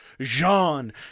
Jean